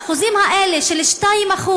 האחוזים האלה של 2%,